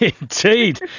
Indeed